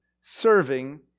serving